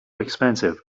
expensive